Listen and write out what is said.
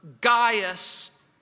Gaius